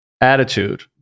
attitude